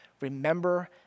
Remember